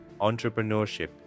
entrepreneurship